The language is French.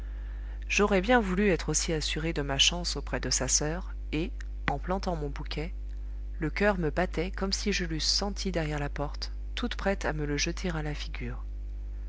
j'aurais bien voulu être aussi assuré de ma chance auprès de sa soeur et en plantant mon bouquet le coeur me battait comme si je l'eusse sentie derrière la porte toute prête à me le jeter à la figure